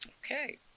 Okay